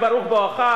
בבקשה.